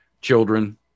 children